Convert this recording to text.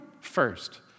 first